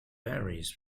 varies